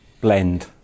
blend